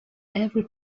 every